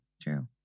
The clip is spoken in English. true